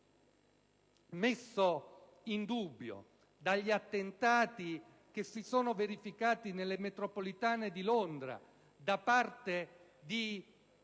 messo in dubbio dagli attentati che si sono verificati nelle metropolitane di Londra da parte di